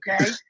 okay